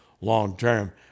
long-term